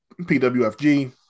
PWFG